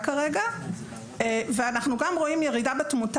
וזה ההתארגנות